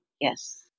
Yes